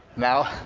now,